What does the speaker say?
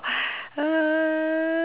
uh